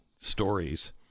stories